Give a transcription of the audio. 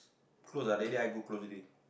close ah that day I go close already